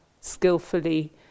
skillfully